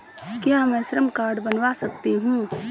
क्या मैं श्रम कार्ड बनवा सकती हूँ?